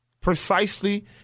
precisely